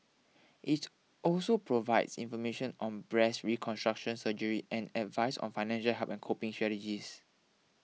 it's also provides information on breast reconstruction surgery and advice on financial help and coping strategies